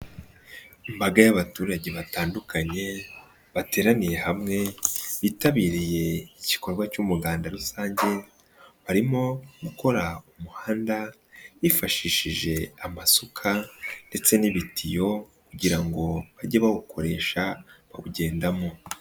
Imbaga y'abaturage batandukanye bateraniye hamwe, bitabiriye igikorwa cy'umuganda rusange, barimo gukora umuhanda bifashishije amasuka ndetse n'ibitiyo, kugira ngo bajye bawukoresha bawujyendamo.